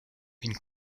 une